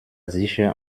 sicher